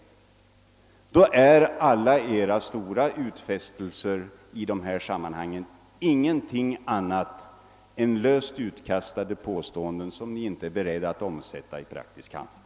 Då är alla edra stora utfästelser i detta sammanhang inte något annat än löst utkastade påståenden som ni inte är beredda att omsätta i praktisk handling.